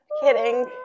Kidding